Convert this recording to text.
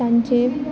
त्यांचे